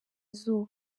izuba